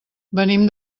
venim